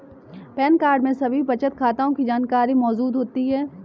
pan card में सभी बचत खातों की जानकारी मौजूद होती है